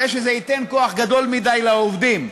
הרי שזה ייתן כוח גדול מדי לעובדים.